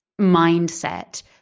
mindset